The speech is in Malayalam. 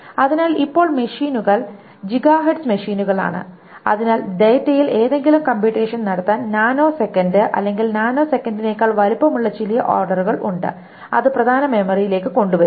അതിനാൽ ഇപ്പോൾ മെഷീനുകൾ GHz മെഷീനുകളാണ് അതിനാൽ ഡാറ്റയിൽ ഏതെങ്കിലും കമ്പ്യുറ്റേഷൻ നടത്താൻ നാനോ സെക്കന്റ് അല്ലെങ്കിൽ നാനോ സെക്കൻഡിനേക്കാൾ വലുപ്പമുള്ള ചില ഓർഡറുകൾ ഉണ്ട് അത് പ്രധാന മെമ്മറിയിലേക്ക് കൊണ്ടുവരുന്നു